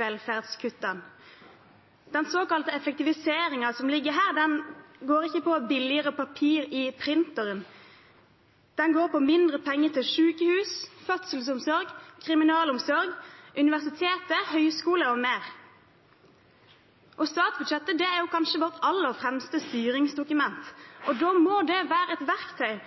velferdskuttene. Den såkalte effektiviseringen som ligger her, går ikke på billigere papir i printeren, den går på mindre penger til sykehus, fødselsomsorg, kriminalomsorg, universiteter, høyskoler og mer. Statsbudsjettet er kanskje vårt aller fremste styringsdokument, og da må det være et verktøy